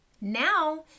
Now